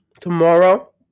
tomorrow